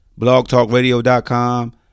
blogtalkradio.com